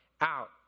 out